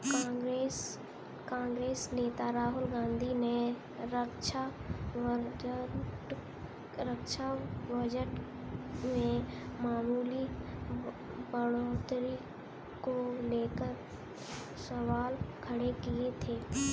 कांग्रेस नेता राहुल गांधी ने रक्षा बजट में मामूली बढ़ोतरी को लेकर सवाल खड़े किए थे